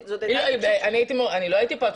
אני לא הייתי פה,